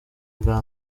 bwa